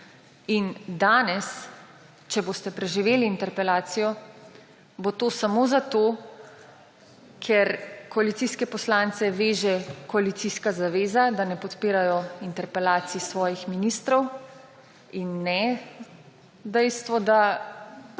Danes, če boste preživeli interpelacijo, bo to samo zato, ker koalicijske poslance veže koalicijska zaveza, da ne podpirajo interpelacij svojih ministrov, in ne dejstvo, da